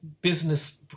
business